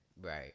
Right